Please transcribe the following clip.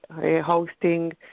hosting